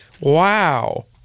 Wow